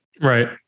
Right